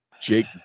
Jake